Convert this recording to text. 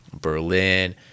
Berlin